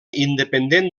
independent